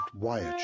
Wyatt